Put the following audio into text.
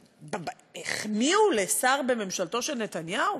החמיאו לשר בממשלתו של נתניהו?